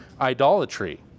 idolatry